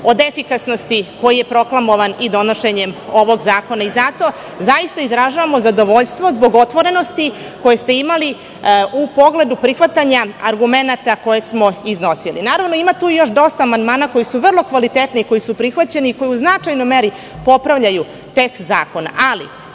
od efikasnosti koja je proklamovana donošenjem ovog zakona. Izražavamo zadovoljstvo zbog otvorenosti koju ste imali u pogledu prihvatanja argumenata koje smo iznosili. Ima tu još dosta amandmana koji su vrlo kvalitetni i koji su prihvaćeni, koji u značajnoj meri popravljaju tekst zakona,